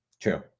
True